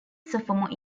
sophomore